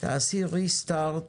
תעשי רה-סטארט